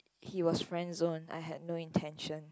he was friend zone I had no intention